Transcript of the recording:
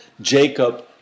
Jacob